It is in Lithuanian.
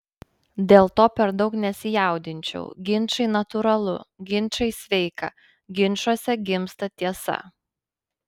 dėl to per daug nesijaudinčiau ginčai natūralu ginčai sveika ginčuose gimsta tiesa